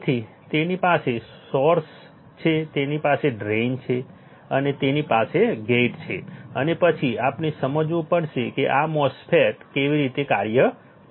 તેથી તેની પાસે સોર્સ છે તેની પાસે ડ્રેઇન છે અને તેની પાસે ગેટ છે અને પછી આપણે સમજવું પડશે કે આ MOSFET કેવી રીતે કાર્ય કરશે